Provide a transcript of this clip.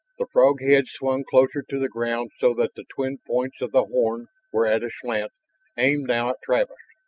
the frog-head swung closer to the ground so that the twin points of the horn were at a slant aimed now at travis.